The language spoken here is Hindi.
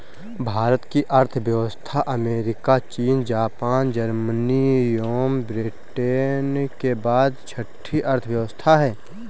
भारत की अर्थव्यवस्था अमेरिका, चीन, जापान, जर्मनी एवं ब्रिटेन के बाद छठी अर्थव्यवस्था है